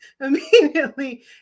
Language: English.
immediately